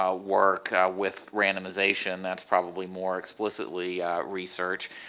ah work with randomization that's probably more explicitly research,